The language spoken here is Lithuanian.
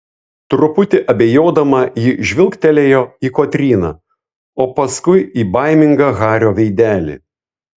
truputį abejodama ji žvilgtelėjo į kotryną o paskui į baimingą hario veidelį